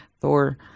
Thor